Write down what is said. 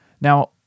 Now